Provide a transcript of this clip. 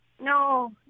No